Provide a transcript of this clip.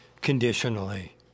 conditionally